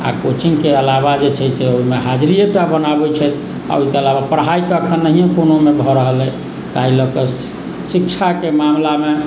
आ कोचिंगके अलावा जे छै से ओहिमे हाजरिए टा बनाबै छथि आ ओकरा अलावा पढ़ाइ तऽ एखन नहिए कोनोमे भऽ रहल अइ ताहि लऽ कऽ शिक्षाके मामलामे